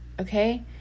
okay